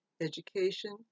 education